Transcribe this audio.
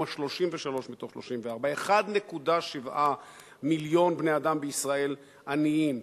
ה-33 מתוך 34. 1.7 מיליון בני-אדם בישראל עניים,